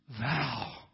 Thou